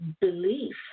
belief